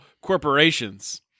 corporations